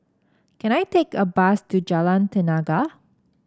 can I take a bus to Jalan Tenaga